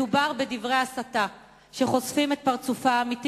מדובר בדברי הסתה שחושפים את הפרצוף האמיתי